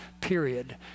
period